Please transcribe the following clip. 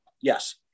Yes